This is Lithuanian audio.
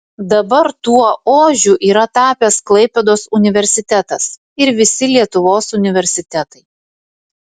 dabar tuo ožiu yra tapęs klaipėdos universitetas ir visi lietuvos universitetai